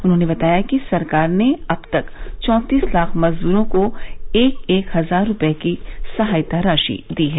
उन्होंने बताया कि सरकार ने अब तक चाँतीस लाख मजदूरों को एक एक हजार रुपये की सहायता राशि दी है